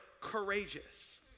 courageous